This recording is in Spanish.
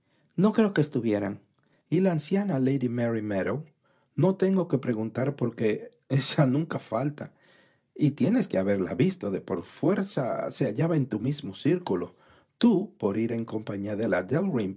no creo que estuvieran y la anciana lady mary madeau no tengo o ue preguntar porque nunca falta y tienes que haberla visto por fuerza se hallaba en tu mismo círculo tú por ir en compañía de la